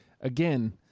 Again